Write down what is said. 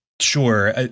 Sure